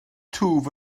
twf